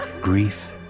Grief